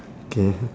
K